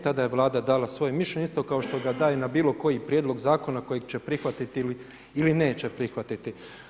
Tada je Vlada dala svoje mišljenje isto kao što ga daje na bilo koji prijedlog zakona kojeg će prihvatiti ili neće prihvatiti.